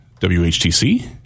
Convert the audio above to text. WHTC